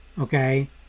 okay